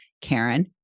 Karen